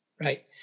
Right